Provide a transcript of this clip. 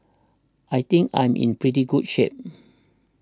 I think I'm in pretty good shape